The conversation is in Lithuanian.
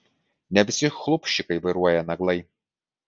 ne visi chlupščikai vairuoja naglai